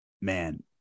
man